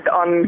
on